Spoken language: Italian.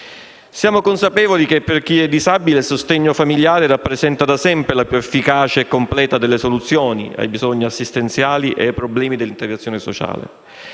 Siamo consapevoli che per chi è disabile il sostegno familiare rappresenta da sempre la più efficace e completa delle soluzioni ai bisogni assistenziali e ai problemi dell'integrazione sociale;